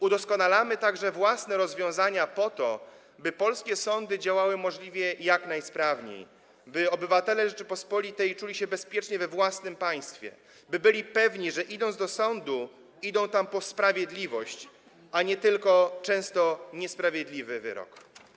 Udoskonalamy także własne rozwiązania po to, by polskie sądy działały możliwie jak najsprawniej, by obywatele Rzeczypospolitej czuli się bezpiecznie we własnym państwie, by byli pewni, że idąc do sądu, idą tam po sprawiedliwość, a nie tylko po często niesprawiedliwy wyrok.